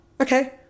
okay